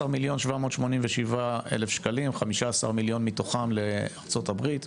16,787,000 - 15,000,000 מתוכם לארצות הברית,